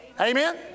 Amen